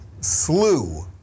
slew